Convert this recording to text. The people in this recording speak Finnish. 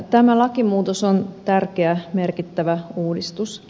tämä lakimuutos on tärkeä merkittävä uudistus